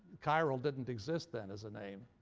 chiral didn't exist then, as a name.